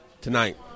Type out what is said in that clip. tonight